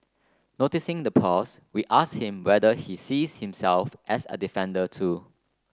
noticing the pause we ask him whether he sees himself as a defender too